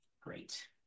great